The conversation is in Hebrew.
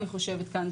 אני חושבת כאן,